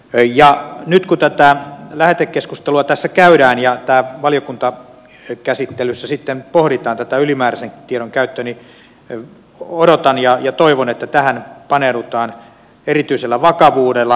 nyt kun tätä lähetekeskustelua tässä käydään ja valiokuntakäsittelyssä sitten pohditaan tätä ylimääräisen tiedon käyttöä niin odotan ja toivon että tähän paneudutaan erityisellä vakavuudella